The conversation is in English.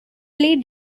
play